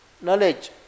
knowledge